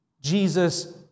Jesus